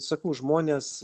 sakau žmonės